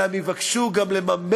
אלא הם יבקשו גם לממש,